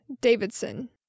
Davidson